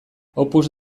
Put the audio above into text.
opus